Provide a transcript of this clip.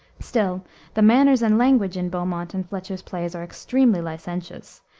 still the manners and language in beaumont and fletcher's plays are extremely licentious,